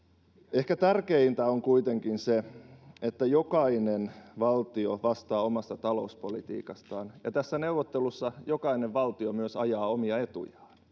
ehkä tärkeintä on kuitenkin se että jokainen valtio vastaa omasta talouspolitiikastaan ja tässä neuvottelussa jokainen valtio myös ajaa omia etujaan